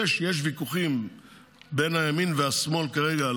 זה שיש ויכוחים בין הימין לשמאל כרגע על